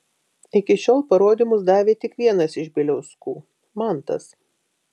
iki šiol parodymus davė tik vienas iš bieliauskų mantas